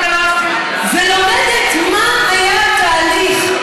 ולומדת מה היה התהליך,